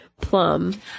plum